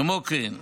כמו כן,